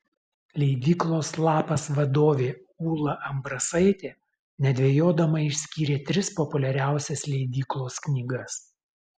leidyklos lapas vadovė ūla ambrasaitė nedvejodama išskyrė tris populiariausias leidyklos knygas